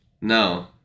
No